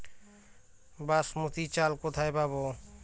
বাসমতী চাল কোথায় পাবো?